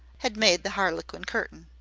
had made the harlequin curtain.